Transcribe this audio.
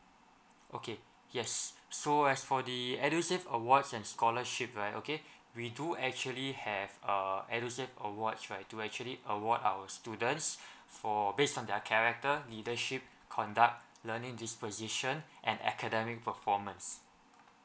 okay yes so as for the EDUSAVE awards and scholarship right okay we do actually have err EDUSAVE award right to actually award our students for based on their character leadership conduct learning disposition and academic performance